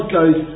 goes